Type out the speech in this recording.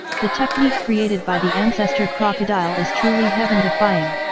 the technique created by the ancestor crocodile is truly heaven-defying!